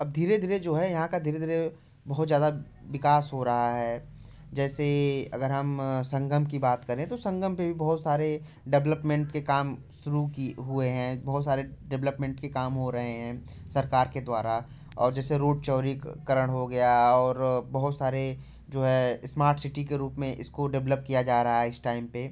अब धीरे धीरे जो है यहाँ का धीरे धीरे बहुत ज़्यादा विकास हो रहा है जैसे अगर हम संगम की बात करें तो संगम पर भी बहुत सारे डेवलपमेंट के काम शुरू की हुए हैं बहुत सारे डेवलपमेंट के काम हो रहे हैं सरकार के द्वारा और जैसे रोड चौरीकरण हो गया और बहुत सारे जो है इस्मार्ट सिटी के रूप में इसको डेवलप किया जा रहा है इस टाइम पर